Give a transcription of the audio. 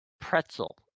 pretzel